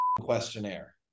questionnaire